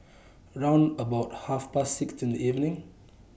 round about Half Past six in The evening